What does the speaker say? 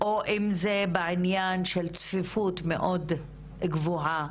או אם זה בעניין של צפיפות מאוד גבוהה